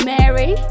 Mary